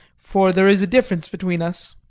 for there is a difference between us.